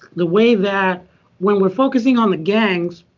the way that when we're focusing on the gangs,